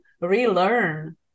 relearn